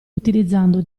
utilizzando